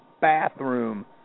bathroom